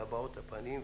להבעות הפנים,